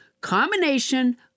combination